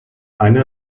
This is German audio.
einer